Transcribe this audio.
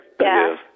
Yes